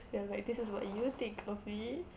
ya like this is what you think of me